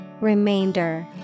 Remainder